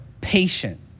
patient